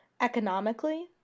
economically